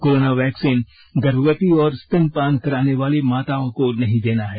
corona vaccine गर्भवती और स्तनपान कराने वाली माताओं को नहीं देना है